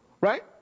right